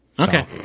Okay